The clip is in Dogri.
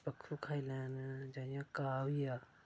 पक्खरु खाई लैंदे